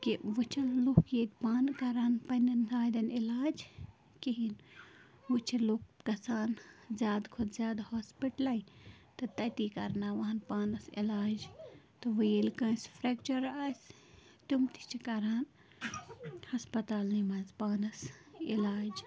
کہِ وۄنۍ چھِنہٕ لُکھ ییتہِ پانہٕ کران پَنٛنین دادٮ۪ن علاج کِہیٖنۍ وۄنۍ چھِ لُک گژھان زیادٕ کھۄتہٕ زیادٕ ہاسپِٹَلے تہٕ تَتی کَرناوان پانَس علاج تہٕ وۄنۍ ییٚلہِ کٲنٛسہِ فرٮ۪کچَر آسہِ تِم تہِ چھٕ کران ہَسپَتالنٕے منٛز پانَس علاج